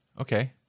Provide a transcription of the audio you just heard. Okay